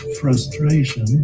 frustration